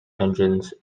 engines